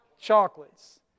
chocolates